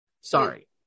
sorry